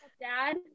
dad